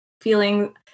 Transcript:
feeling